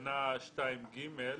בתקנה 2(ג),